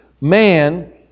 man